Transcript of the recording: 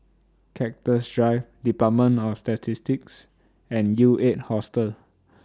Cactus Drive department of Statistics and U eight Hostel